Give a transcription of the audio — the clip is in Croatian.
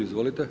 Izvolite.